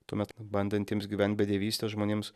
tuomet bandantiems gyvent bedievyste žmonėms